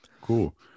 cool